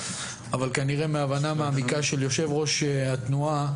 אבל כנראה מהבנה מעמיקה של יושב-ראש התנועה,